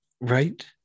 Right